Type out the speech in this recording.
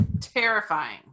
terrifying